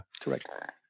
Correct